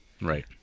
Right